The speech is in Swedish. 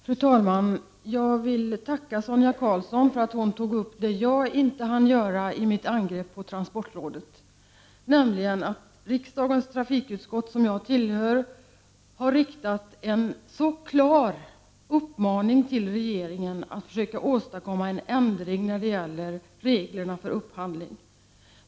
Fru talman! Jag vill tacka Sonia Karlsson för att hon tog upp det som jag inte hann med i mitt angrepp på transportrådet, nämligen att riksdagens trafikutskott, som jag tillhör, har riktat en så klar uppmaning till regeringen att försöka åstadkomma en ändring när det gäller reglerna för upphandling.